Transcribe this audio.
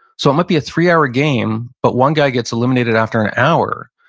so it might be a three-hour ah game, but one guy gets eliminated after an hour,